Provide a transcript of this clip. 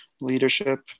leadership